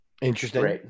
Interesting